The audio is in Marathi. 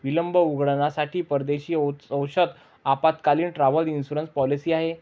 विलंब उड्डाणांसाठी परदेशी औषध आपत्कालीन, ट्रॅव्हल इन्शुरन्स पॉलिसी आहे